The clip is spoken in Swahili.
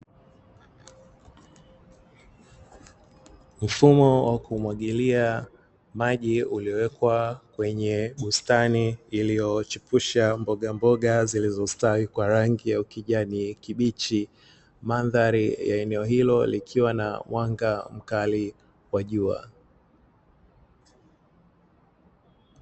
Mfumo wa kumwagilia maji, uliowekwa kwenye bustani iliyochipusha mbogamboga zilizostawi kwa rangi ya ukijani kibichi. Mandhari ya eneo hilo likiwa na mwanga mkali wa jua.